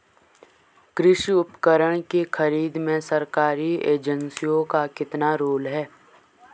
कृषि उपकरण की खरीद में सरकारी एजेंसियों का कितना रोल है?